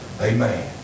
Amen